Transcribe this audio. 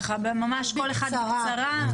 ככה ממש כל אחד בקצרה, לפתיחה, להיכרות.